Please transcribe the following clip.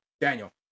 Daniel